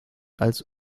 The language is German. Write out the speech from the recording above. als